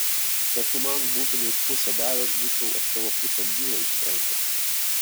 kad tu man būtumei pusę davęs būčiau aš tavo pusėn bylą išsprendęs